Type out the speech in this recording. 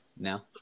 now